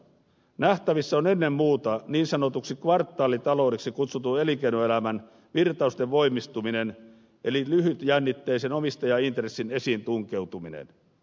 nähtävissä on ennen muuta niin sanotuksi kvartaalitaloudeksi kutsutun elinkeinoelämän virtausten voimistuminen eli lyhytjännitteisen omistajaintressin esiin tunkeutuminen